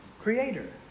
creator